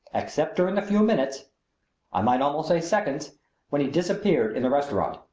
except during the few minutes i might almost say seconds when he disappeared in the restaurant.